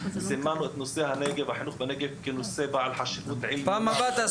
סימנו את נושא החינוך בנגב כבעל חשיבות רבה.